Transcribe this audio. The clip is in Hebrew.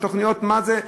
התוכניות, מה זה,